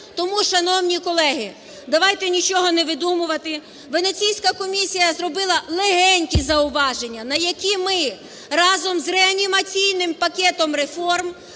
Тому, шановні колеги, давайте нічого не видумувати, Венеційська комісія зробила легенькі зауваження, на які ми разом з Реанімаційним пакетом реформ